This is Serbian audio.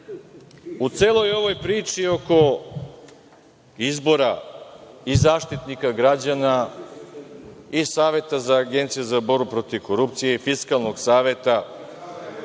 celoj ovoj priči oko izbora i Zaštitnika građana i Saveta Agencije za borbu protiv korupcije i Fiskalnog saveta,